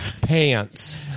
pants